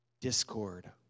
discord